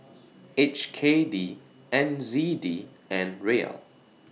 H K D N Z D and Riel